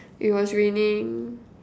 it was raining